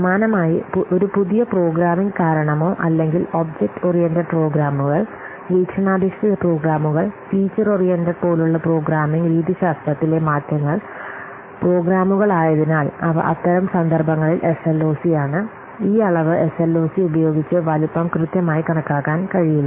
സമാനമായി ഒരു പുതിയ പ്രോഗ്രാമിംഗ് കാരണമോ അല്ലെങ്കിൽ ഒബ്ജക്റ്റ് ഓറിയന്റഡ് പ്രോഗ്രാമുകൾ വീക്ഷണാധിഷ്ഠിത പ്രോഗ്രാമുകൾ ഫീച്ചർ ഓറിയന്റഡ് പോലുള്ള പ്രോഗ്രാമിംഗ് രീതിശാസ്ത്രത്തിലെ മാറ്റങ്ങൾ പ്രോഗ്രാമുകൾ ആയതിനാൽ അവ അത്തരം സന്ദർഭങ്ങളിൽ SLOC ആണ് ഈ അളവ് എസ്എൽഓസി ഉപയോഗിച്ച് വലുപ്പം കൃത്യമായി കണക്കാക്കാൻ കഴിയില്ല